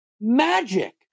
magic